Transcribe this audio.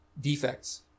defects